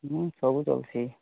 ଉଁ ସବୁ ଚଲ୍ସି